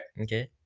Okay